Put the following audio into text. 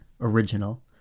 original